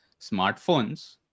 smartphones